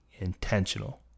intentional